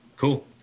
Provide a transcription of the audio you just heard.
Cool